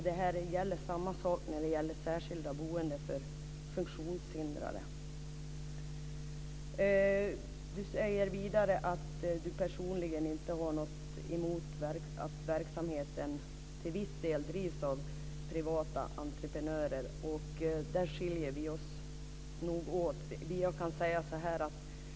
Det är samma sak när det gäller det särskilda boendet för funktionshindrade. Ministern säger vidare att han personligen inte har något emot att verksamheten till viss del drivs av privata entreprenörer. Där skiljer vi oss nog åt.